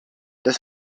das